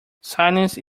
silence